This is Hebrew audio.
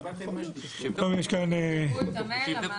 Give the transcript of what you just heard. שיבדקו את המייל.